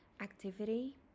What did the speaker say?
activity